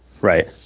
Right